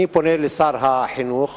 אני פונה לשר החינוך